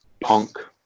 punk